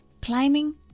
climbing